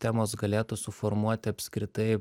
temos galėtų suformuoti apskritai